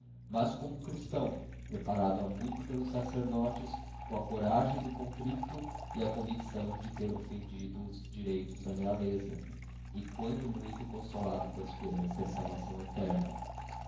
mas como um christão preparado ha muito pelos sacerdotes com a coragem do contricto e a convicção de ter offendido os direitos da realeza e quando muito consolado com a esperançada salvação eterna